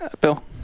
Bill